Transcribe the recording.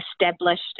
established